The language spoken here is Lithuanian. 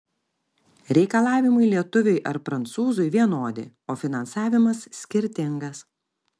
reikalavimai lietuviui ar prancūzui vienodi o finansavimas skirtingas